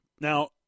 Now